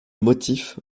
motif